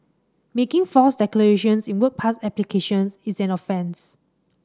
making false declarations in work pass applications is an offence